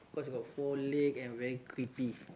cause got four leg and very creepy